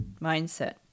mindset